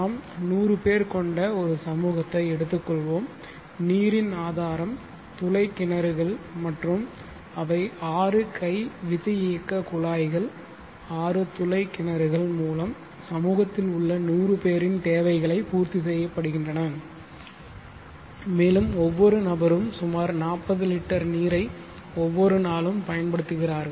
நாம் 100 பேர் கொண்ட ஒரு சமூகத்தை எடுத்துக்கொள்வோம் நீரின் ஆதாரம் துளை கிணறுகள் மற்றும் அவை 6 கை விசையியக்கக் குழாய்கள் 6 துளை கிணறுகள் மூலம் சமூகத்தில் உள்ள 100 பேரின் தேவைகளைப் பூர்த்தி செய்யப்படுகின்றன மேலும் ஒவ்வொரு நபரும் சுமார் 40 லிட்டர் நீரை ஒவ்வொரு நாளும் பயன்படுத்துகிறார்கள்